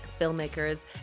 filmmakers